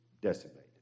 decimated